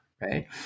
right